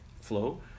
flow